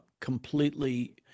completely